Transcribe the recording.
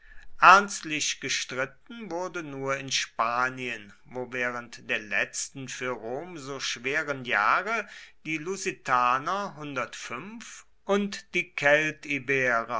ernstlich gestritten wurde nur in spanien wo während der letzten für rom so schweren jahre die lusitaner und die